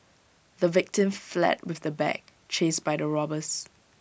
the victim fled with the bag chased by the robbers